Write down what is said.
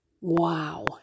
Wow